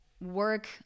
work